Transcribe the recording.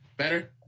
better